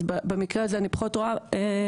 אז במקרה הזה אני פחות רואה בעיה.